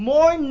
More